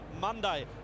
Monday